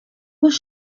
was